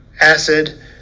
acid